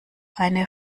eine